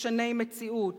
משני מציאות.